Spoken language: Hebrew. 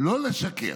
"לא לשקר,